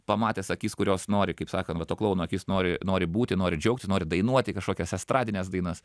pamatęs akis kurios nori kaip sakant va to klouno akis nori nori būti nori džiaugtis nori dainuoti kažkokias estradines dainas